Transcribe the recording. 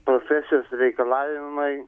profesijos reikalavimai